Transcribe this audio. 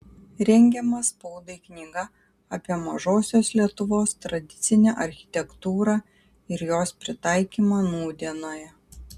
rengiama spaudai knyga apie mažosios lietuvos tradicinę architektūrą ir jos pritaikymą nūdienoje